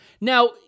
Now